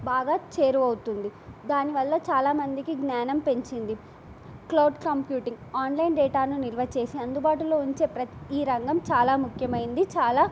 బాగా చేరువవుతుంది దానివల్ల చాలామందికి జ్ఞానం పెంచింది క్లౌడ్ కంప్యూటింగ్ ఆన్లైన్ డేటాను నిర్వచేసి అందుబాటులో ఉంచే ప్ర ఈ రంగం చాలా ముఖ్యమైంది చాలా